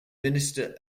minister